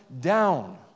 down